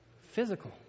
Physical